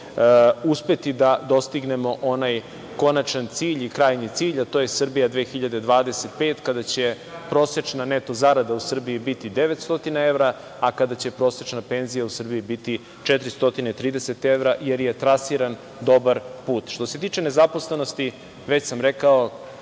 uspeti da dostignemo onaj konačan cilj i krajnji cilj, a to je „Srbija 2025“, kada će prosečna neto zarada u Srbiji biti 900 evra, a kada će prosečna penzija u Srbiji biti 430 evra, jer je trasiran dobar put. Što se tiče nezaposlenosti, već sam rekao,